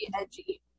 edgy